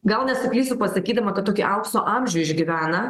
gal nesuklysiu pasakydama kad tokį aukso amžių išgyvena